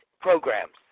programs